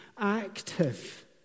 active